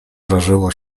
żarzyło